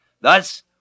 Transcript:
Thus